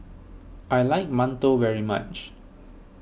I like Mantou very much